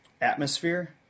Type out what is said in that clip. Atmosphere